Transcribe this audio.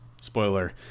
spoiler